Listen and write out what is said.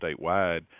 statewide